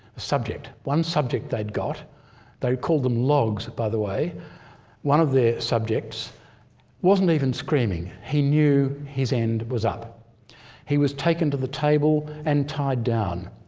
subject. one subject they'd got they called them logs by the way one of the subjects wasn't even screaming. he knew his end was. he was taken to the table and tied down.